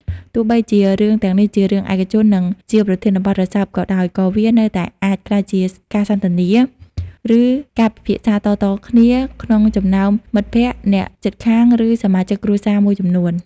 ទោះបីជារឿងទាំងនេះជារឿងឯកជន និងជាប្រធានបទរសើបក៏ដោយ ក៏វានៅតែអាចក្លាយជាការសន្ទនា ឬការពិភាក្សាតៗគ្នាក្នុងចំណោមមិត្តភក្តិ អ្នកជិតខាង ឬសមាជិកគ្រួសារមួយចំនួន។